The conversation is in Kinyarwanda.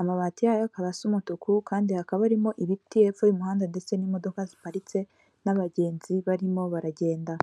amabati yayo akaba asa umutuku, kandi hakaba harimo ibiti hepfo y'umuhanda ndetse n'imodoka ziparitse n'abagenzi barimo baragenda.